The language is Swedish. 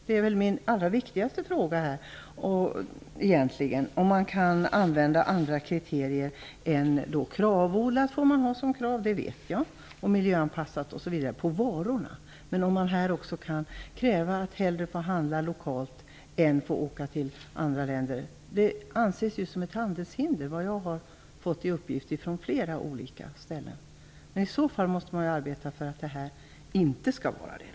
Det är min allra viktigaste fråga om man kan använda andra kriterier. Man får ha kravodlat som kriterium, det vet vi, och man kan kräva miljöanpassning på varorna. Men frågan är om man också kan kräva att hellre få handla lokalt än att ha långa transporter, kanske från andra länder. Det anses ju som ett handelshinder, efter vad jag fått i uppgift från flera olika ställen. I så fall måste man arbeta för att det inte skall vara det.